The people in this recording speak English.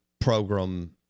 program